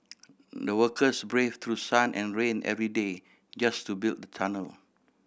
the workers braved through sun and rain every day just to build the tunnel